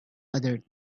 other